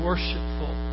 worshipful